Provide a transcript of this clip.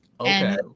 Okay